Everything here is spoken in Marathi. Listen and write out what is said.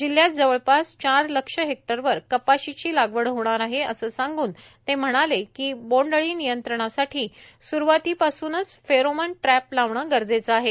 जिल्ह्यात जवळपास चार लक्ष हेक्टरवर कपाशीची लागवड होणार आहे असे सांगून ते म्हणाले बोंडअळी नियंत्रणासाठी स्रवातीपासूनच फेरोमन ट्रॅप लावणे गरजेचे आहे